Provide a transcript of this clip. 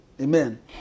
Amen